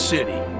City